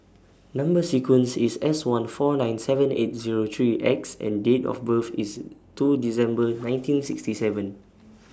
Number sequence IS S one four nine seven eight Zero three X and Date of birth IS two December nineteen sixty seven